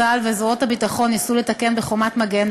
צה"ל וזרועות הביטחון ניסו לתקן ב"חומת מגן",